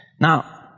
Now